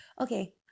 okay